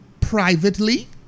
privately